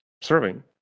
serving